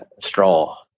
straw